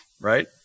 Right